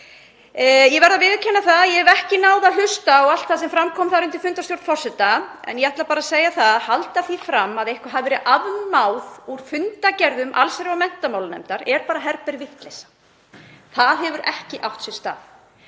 Ég verð að viðurkenna að ég hef ekki náð að hlusta á allt það sem fram kom þar undir fundarstjórn forseta en ég ætla bara að segja að það að halda því fram að eitthvað hafi verið afmáð úr fundargerðum allsherjar- og menntamálanefndar er bara helber vitleysa. Það hefur ekki átt sér stað.